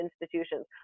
institutions